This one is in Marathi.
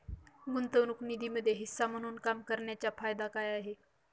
गुंतवणूक निधीमध्ये हिस्सा म्हणून काम करण्याच्या फायदा काय आहे?